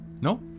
No